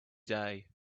day